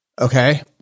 Okay